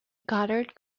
goddard